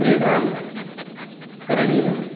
क्रीडां करणीयम्